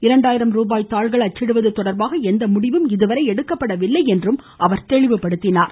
இரண்டாயிரம் ருபாய் தாள்கள் அச்சிடுவது தொடர்பாக எந்த முடிவும் இதுவரை எடுக்கப்படவில்லை என்றும் அவர் தெளிவுபடுத்தினார்